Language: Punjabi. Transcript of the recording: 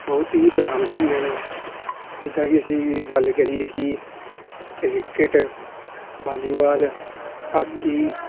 ਬਹੁਤ ਹੀ ਪਸੰਦ ਹੈਗੀਆਂ ਨੇ ਜਿੱਦਾਂ ਕਿ ਅਸੀਂ ਗੱਲ ਕਰੀਏ ਕਿ ਕ੍ਰਿਕਟ ਵਾਲੀਬਾਲ ਹਾਕੀ